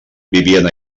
vivien